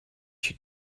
she